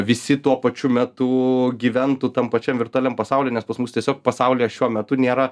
visi tuo pačiu metu gyventų tam pačiam virtualiam pasauly nes pas mus tiesiog pasaulyje šiuo metu nėra